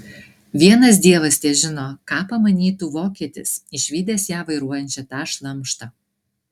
vienas dievas težino ką pamanytų vokietis išvydęs ją vairuojančią tą šlamštą